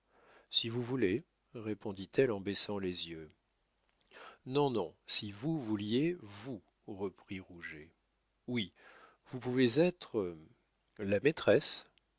si vous voulez répondit-elle en baissant les yeux non non si vous vouliez vous reprit rouget oui vous pouvez être la maîtresse